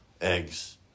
eggs